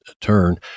turn